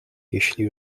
jeśli